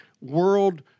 world